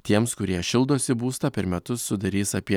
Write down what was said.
tiems kurie šildosi būstą per metus sudarys apie